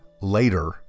later